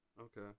Okay